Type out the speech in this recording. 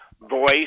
voice